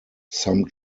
some